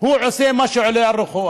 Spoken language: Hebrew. הוא עושה מה שעולה על רוחו.